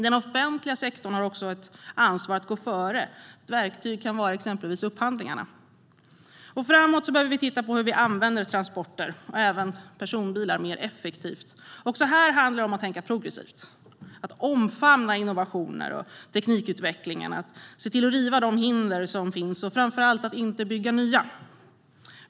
Den offentliga sektorn har dessutom ett ansvar att gå före, och ett verktyg kan exempelvis vara upphandlingar. För framtiden behöver vi titta på hur vi använder transporter, även personbilar, mer effektivt. Också här handlar det om att tänka progressivt, att omfamna innovationer och teknikutvecklingen, att se till att riva de hinder som finns och, framför allt, att inte bygga upp nya.